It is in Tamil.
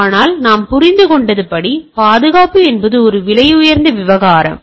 ஆனால் நாம் புரிந்துகொண்டபடி பாதுகாப்பு என்பது ஒரு விலையுயர்ந்த விவகாரம்